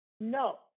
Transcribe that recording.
no